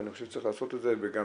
ואני חושב שצריך לעשות את זה וגם